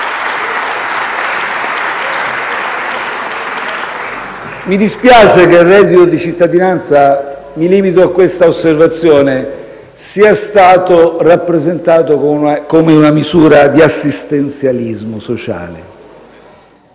Mi dispiace che il reddito di cittadinanza - mi limito a questa osservazione - sia stato rappresentato come una misura di assistenzialismo sociale.